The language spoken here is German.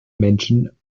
menschen